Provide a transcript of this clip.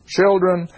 children